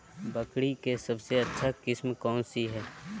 बकरी के सबसे अच्छा किस्म कौन सी है?